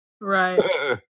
right